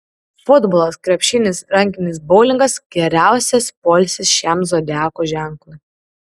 futbolas krepšinis rankinis boulingas geriausias poilsis šiam zodiako ženklui